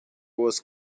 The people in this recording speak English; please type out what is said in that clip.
was